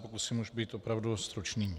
Pokusím se už být opravdu stručný.